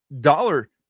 dollar